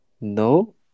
no